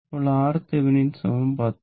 അപ്പോൾ RThevenin 10 Ω